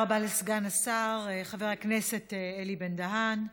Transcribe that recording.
תודה רבה לסגן השר חבר הכנסת אלי בן-דהן.